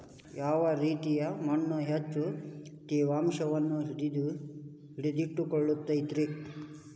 ಯಾವ ರೇತಿಯ ಮಣ್ಣ ಹೆಚ್ಚು ತೇವಾಂಶವನ್ನ ಹಿಡಿದಿಟ್ಟುಕೊಳ್ಳತೈತ್ರಿ?